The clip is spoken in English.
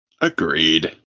Agreed